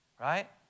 right